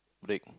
break